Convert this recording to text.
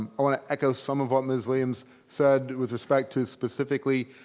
um i want to echo some of what ms. williams said with respect to specifically,